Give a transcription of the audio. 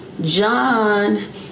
John